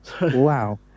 Wow